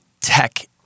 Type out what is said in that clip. tech